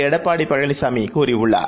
எடப்பாடிபழனிசாமிகூறியுள்ளார்